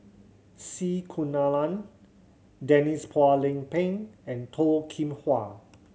C Kunalan Denise Phua Lay Peng and Toh Kim Hwa